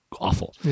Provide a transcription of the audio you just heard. awful